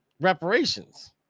reparations